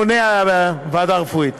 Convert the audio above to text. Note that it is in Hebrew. מונע ועדה רפואית.